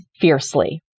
fiercely